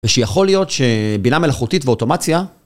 ושיכול להיות שבינה מלאכותית ואוטומציה.